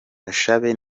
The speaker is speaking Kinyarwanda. bashabe